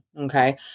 okay